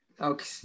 Okay